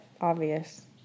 obvious